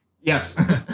Yes